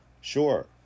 sure